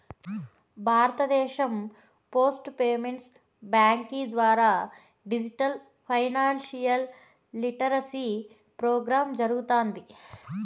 భారతదేశం post payments బ్యాంకీ ద్వారా డిజిటల్ ఫైనాన్షియల్ లిటరసీ ప్రోగ్రామ్ జరగతాంది